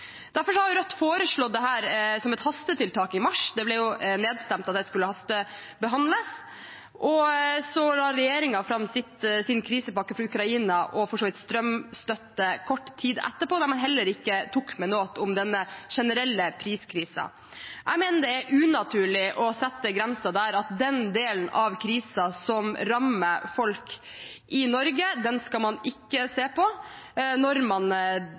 Derfor foreslo Rødt dette som et hastetiltak i mars. Det ble nedstemt at det skulle hastebehandles. Så la regjeringen fram sin krisepakke for Ukraina og for så vidt strømstøtte kort tid etterpå, der man heller ikke tok med noe om denne generelle priskrisen. Jeg mener det er unaturlig å sette grensen der at den delen av krisen som rammer folk i Norge, skal man ikke se på når man